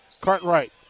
Cartwright